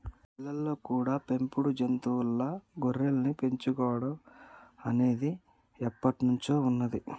ఇళ్ళల్లో కూడా పెంపుడు జంతువుల్లా గొర్రెల్ని పెంచుకోడం అనేది ఎప్పట్నుంచో ఉన్నది